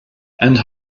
and